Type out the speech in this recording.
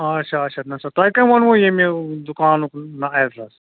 اَچھا اَچھا نا سا تۄہہِ کٔمۍ ووٚنوٕ ییٚمہِ دُکانُک نا ایڈرَس